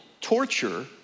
torture